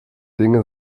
dinge